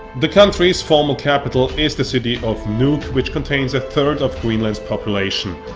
the country's formal capital is the city of nuke which contains a third of greenland's population.